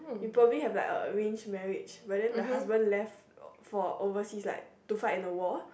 you probably have like a arranged marriage but then the husband left for overseas like to fight in a war